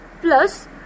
plus